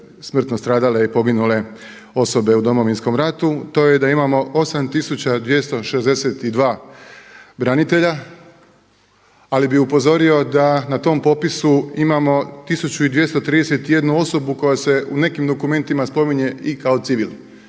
smrtno stradale i poginule osobe u Domovinskom ratu to je da imamo 8 tisuća 262 branitelja ali bih upozorio da na tom popisu imamo 1231 osobu koja se u nekim dokumentima spominje i kao civil.